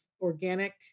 organic